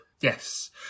Yes